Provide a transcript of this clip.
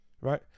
right